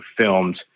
filmed